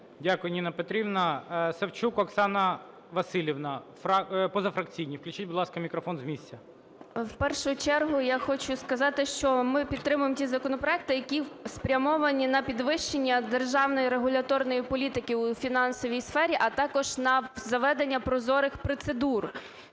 Дякую, Ніна Петрівна. Савчук Оксана Василівна, позафракційні. Включіть, будь ласка, мікрофон з місця. 13:52:01 САВЧУК О.В. В першу чергу я хочу сказати, що ми підтримуємо ті законопроекти, які спрямовані на підвищення державної регуляторної політики у фінансовій сфері, а також на заведення прозорих процедур.